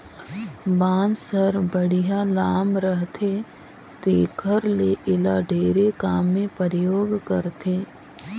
बांस हर बड़िहा लाम रहथे तेखर ले एला ढेरे काम मे परयोग करथे